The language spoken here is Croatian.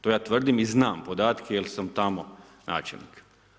To ja tvrdim i znam podatke, jer sam tamo načelnik.